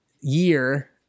year